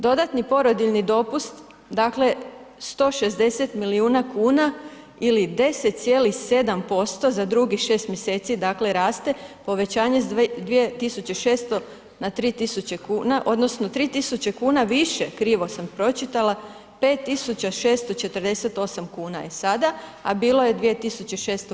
Dodatni porodiljni dopust, dakle 160 milijuna kuna ili 10,7% za drugih 6. mj., dakle raste povećanje sa 2600 na 3000 kuna odnosno 3000 kuna više, krivo sam pročitala, 5648 kuna je sada a bilo je 2600.